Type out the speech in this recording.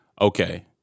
okay